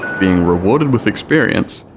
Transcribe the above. being rewarded with experience,